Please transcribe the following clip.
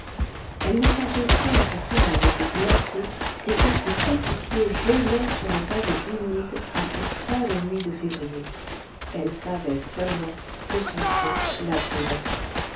elle ne sentait point que ses mains étaient glacées et que ses petits pieds gelaient sur le pavé humide par cette froide nuit de février elle savait seulement que son front la brûlait